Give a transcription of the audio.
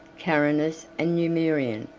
carinus and numerian,